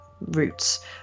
roots